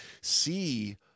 see